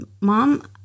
mom